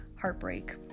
heartbreak